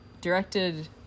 directed